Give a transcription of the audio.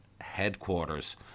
headquarters